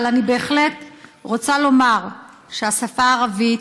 אבל אני בהחלט רוצה לומר שהשפה הערבית,